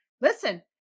listen